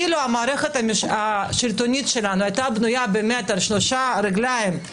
אילו המערכת השלטונית שלנו הייתה בנויה באמת על שלוש רגליים ממשלה,